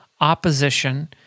opposition